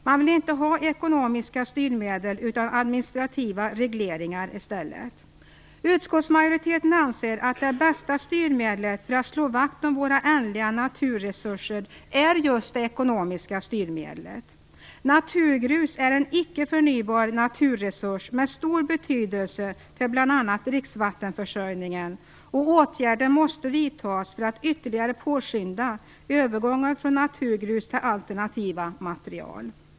Man vill inte ha ekonomiska styrmedel utan i stället administrativa regleringar. Utskottsmajoriteten anser att det bästa styrmedlet för att slå vakt om våra ändliga naturresurser är just det ekonomiska styrmedlet. Naturgrus är en icke förnybar naturresurs med stor betydelse för bl.a. dricksvattenförsörjningen, och åtgärder måste vidtas för att ytterligare påskynda övergången från naturgrus till alternativa material.